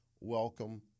Welcome